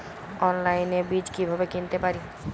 অনলাইনে বীজ কীভাবে কিনতে পারি?